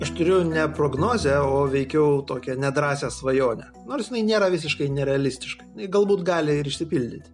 aš turiu ne prognozę o veikiau tokią nedrąsią svajonę nors jinai nėra visiškai nerealistiška galbūt gali ir išsipildyti